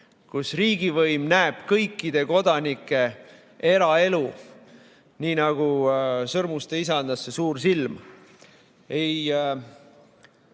kus riigivõim näeb kõikide kodanike eraelu, nii nagu "Sõrmuste isandas" see suur silm,